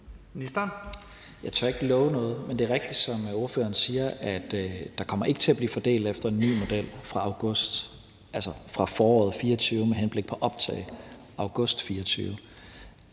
Tesfaye): Jeg tør ikke love noget, men det er rigtigt, som ordføreren siger, at der ikke kommer til at blive fordelt efter en ny model fra foråret 2024 med henblik på optag i august 2024.